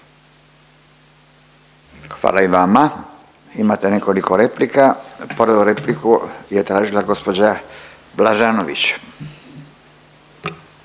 Hvala i vama. Imate nekoliko replika, prvu repliku je tražila gospođa Blažanović.